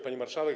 Pani Marszałek!